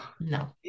No